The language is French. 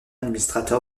administrateur